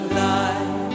life